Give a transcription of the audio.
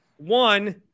One